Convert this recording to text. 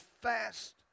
fast